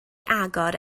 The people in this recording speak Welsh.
agor